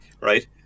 right